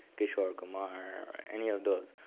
kishore kumar or any of those,